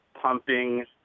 pumping